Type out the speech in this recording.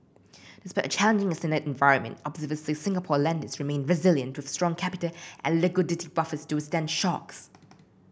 despite a challenging external environment observers said Singapore lenders remain resilient with strong capital and liquidity buffers to withstand shocks